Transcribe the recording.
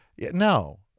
No